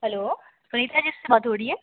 hello Sunita ji से बात हो रही है